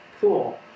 cool